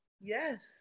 yes